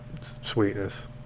sweetness